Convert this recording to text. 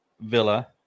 Villa